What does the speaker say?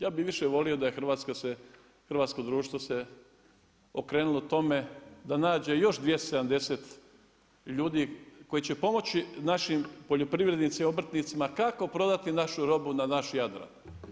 Ja bi više volio da je hrvatsko društvo se okrenulo tome da nađe još 270 ljudi koji će pomoći našim poljoprivrednicima i obrtnicima, kako prodati našu robu na naš Jadran.